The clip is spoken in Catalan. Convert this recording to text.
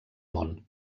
món